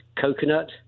coconut